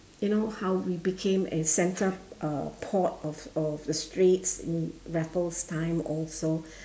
you know how we became a centre uh port of of the straits in raffles time also